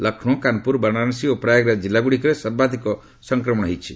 ଲକ୍ଷ୍ନୌ କାନପୁର ବାରଣାସୀ ଓ ପ୍ରୟାଗରାଜ ଜିଲ୍ଲାଗୁଡିକରେ ସର୍ବାଧିକ ସଂକ୍ରମଣ ହୋଇଛି